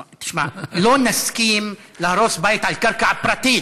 לא, תשמע, לא נסכים להרוס בית על קרקע פרטית.